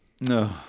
No